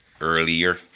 Earlier